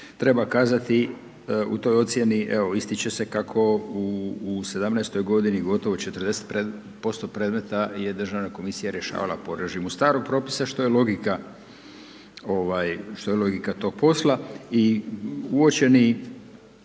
treba kazati u toj ocjeni evo ističe se kako u '17. godini gotovo 40 predmeta, posto predmeta je državna komisija rješavala po režimu starog propisa što je logika, ovaj što